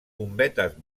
bombetes